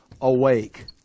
awake